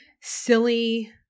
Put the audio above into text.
silly